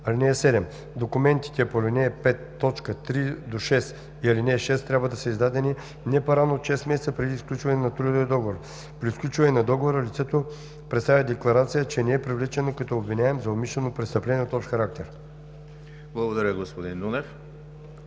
Благодаря, господин Нунев.